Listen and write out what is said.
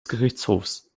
gerichtshofs